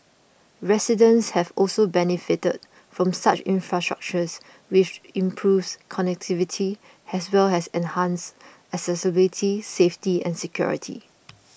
residents have also benefited from such infrastructures which improves connectivity as well as enhances accessibility safety and security